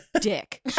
dick